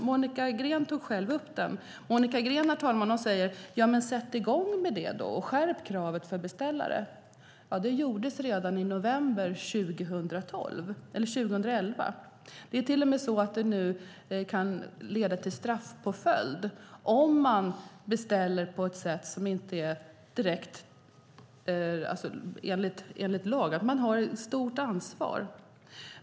Monica Green tog själv upp det. Monica Green säger: Ja, men sätt i gång med det och skärp kravet på beställarna! Det gjordes redan i november 2011. Det är till och med så att det kan leda till straffpåföljd om man beställer på ett sätt som inte är lagligt. Man har ett stort ansvar.